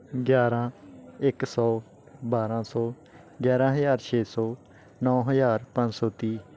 ਗਿਆਰਾਂ ਇੱਕ ਸੌ ਬਾਰਾ ਸੌ ਗਿਆਰਾਂ ਹਜ਼ਾਰ ਛੇ ਸੌ ਨੌਂ ਹਜ਼ਾਰ ਪੰਜ ਸੌ ਤੀਹ